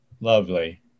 lovely